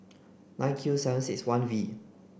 nine Q seven six one V